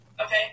okay